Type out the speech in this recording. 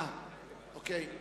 אוקיי.